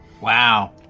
Wow